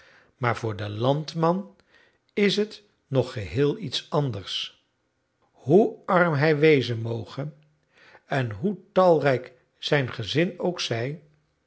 maar voor den landman is het nog geheel iets anders hoe arm hij wezen moge en hoe talrijk zijn gezin ook zij